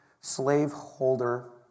slaveholder